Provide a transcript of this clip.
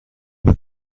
بود